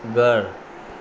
घरु